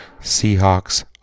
Seahawks